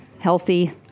healthy